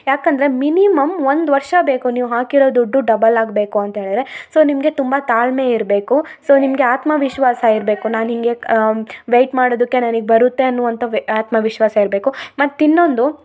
ಯಾಕಂದರೆ ಮಿನಿಮಮ್ ಒಂದು ವರ್ಷ ಬೇಕು ನೀವು ಹಾಕಿರೊ ದುಡ್ಡು ಡಬಲ್ ಆಗಬೇಕು ಅಂತೇಳಿರೆ ಸೊ ನಿಮಗೆ ತುಂಬಾ ತಾಳ್ಮೆ ಇರಬೇಕು ಸೊ ನಿಮಗೆ ಆತ್ಮವಿಶ್ವಾಸ ಇರಬೇಕು ನಾನು ಹೀಗೆ ವೇಯ್ಟ್ ಮಾಡುದುಕ್ಕೆ ನನಗೆ ಬರುತ್ತೆ ಅನ್ನುವಂಥ ವೆ ಆತ್ಮವಿಶ್ವಾಸ ಇರಬೇಕು ಮತ್ತು ಇನ್ನೊಂದು